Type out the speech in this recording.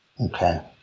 Okay